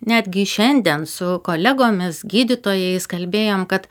netgi šiandien su kolegomis gydytojais kalbėjom kad